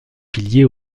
piliers